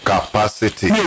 Capacity